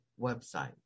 website